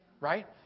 Right